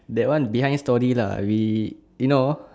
that one behind story lah we you know